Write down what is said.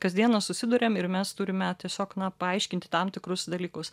kasdieną susiduriam ir mes turime tiesiog na paaiškinti tam tikrus dalykus